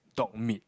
dog meat